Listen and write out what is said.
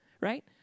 right